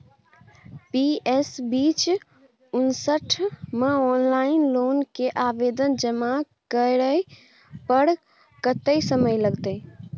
PS बीच उनसठ म ऑनलाइन लोन के आवेदन जमा करै पर कत्ते समय लगतै?